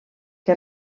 que